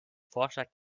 vorschlag